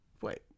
Wait